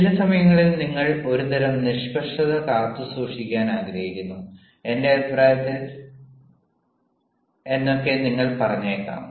ചില സമയങ്ങളിൽ നിങ്ങൾ ഒരുതരം നിഷ്പക്ഷത കാത്തുസൂക്ഷിക്കാൻ ആഗ്രഹിക്കുന്നു എന്റെ അഭിപ്രായത്തിൽ എന്നൊക്കെ നിങ്ങൾ പറഞ്ഞേക്കാം